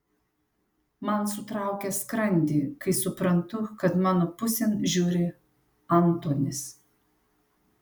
man sutraukia skrandį kai suprantu kad mano pusėn žiūri antonis